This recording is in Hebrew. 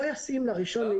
לא ישים ל-1 ביוני.